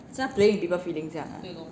好像 playing with people's feelings 这样 ah